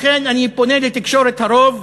לכן אני פונה לתקשורת הרוב,